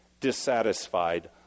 dissatisfied